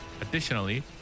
Additionally